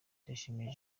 ndayishimiye